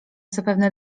zapewne